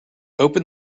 open